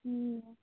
হুম